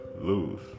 lose